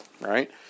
right